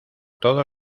todo